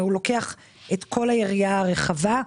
הוא לוקח את כל היריעה הרחבה.